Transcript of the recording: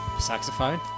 Saxophone